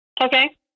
Okay